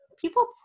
people